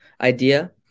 idea